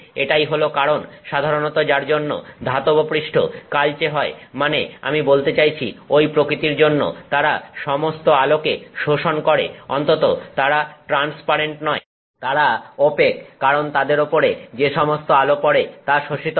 এটাই হলো কারণ সাধারণত যার জন্য ধাতব পৃষ্ঠ কালচে হয় মানে আমি বলতে চাইছি ঐ প্রকৃতির জন্য তারা সমস্ত আলোকে শোষণ করে অন্তত তারা ট্রান্সপারেন্ট নয় তারা ওপেক কারণ তাদের ওপরে যে সমস্ত আলো পড়ে তা শোষিত হয়